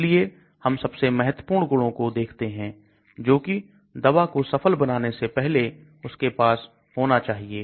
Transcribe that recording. इसलिए हम सबसे महत्वपूर्ण गुणों को देखते हैं जो कि दवा को सफल बनाने से पहले उसके पास होना चाहिए